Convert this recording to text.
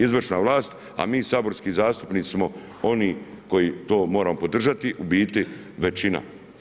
Izvršna vlast a mi saborski zastupnici smo oni koji to moramo podržati, u biti većina.